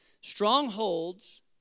Strongholds